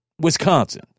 Wisconsin